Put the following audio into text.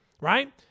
right